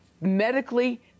medically